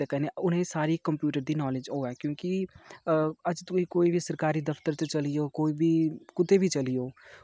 ते कन्नै उनें सारें गी कंप्यूटर दी नालेज़ होऐ क्योंकि अज्जकल तुसेंगी कोई बी सरकारी दफ्तर च चली जाओ कोई बी कुदै बी चली जाओ